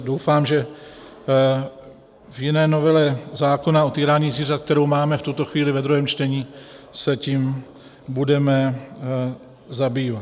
Doufám, že v jiné novele zákona o týrání zvířat, kterou máme v tuto chvíli ve druhém čtení, se tím budeme zabývat.